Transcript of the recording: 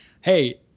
Hey